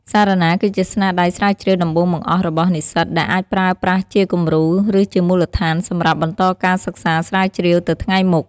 សារណាគឺជាស្នាដៃស្រាវជ្រាវដំបូងបង្អស់របស់និស្សិត ដែលអាចប្រើប្រាស់ជាគំរូ ឬជាមូលដ្ឋានសម្រាប់បន្តការសិក្សាស្រាវជ្រាវទៅថ្ងៃមុខ។